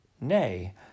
Nay